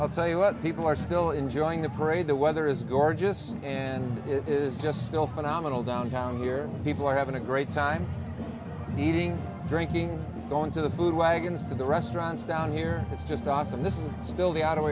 i'll tell you what people are still enjoying the parade the weather is gorgeous and it is just still phenomenal downtown here people are having a great time eating drinking going to the food wagons the restaurants down here it's just awesome this is still the out